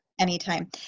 Anytime